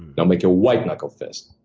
now make a white knuckle first.